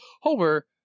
Homer